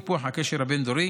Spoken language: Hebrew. טיפוח הקשר הבין-דורי